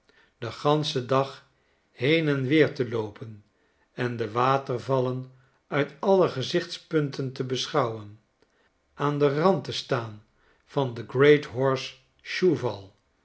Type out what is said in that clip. den ganschen dag heen en weer te loopen en de watervalleri uit alle gezichtspunten te beschouwen aan den rand te staan van den great horse shoe val en